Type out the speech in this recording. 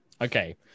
Okay